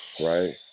right